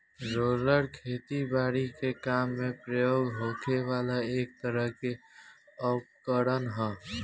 roller खेती बारी के काम में प्रयोग होखे वाला एक तरह के उपकरण ह